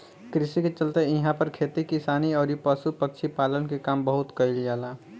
कृषि के चलते इहां पर खेती किसानी अउरी पशु पक्षी पालन के काम बहुत कईल जाला